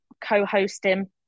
co-hosting